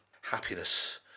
happiness